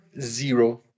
zero